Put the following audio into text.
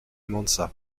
monza